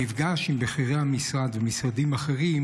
במפגש עם בכירי המשרד ומשרדים אחרים